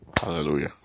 Hallelujah